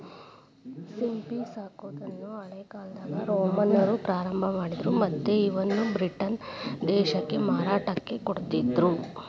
ಸಿಂಪಿ ಸಾಕೋದನ್ನ ಹಳೇಕಾಲ್ದಾಗ ರೋಮನ್ನರ ಪ್ರಾರಂಭ ಮಾಡಿದ್ರ ಮತ್ತ್ ಇವನ್ನ ಬ್ರಿಟನ್ ದೇಶಕ್ಕ ಮಾರಾಟಕ್ಕ ಕೊಡ್ತಿದ್ರು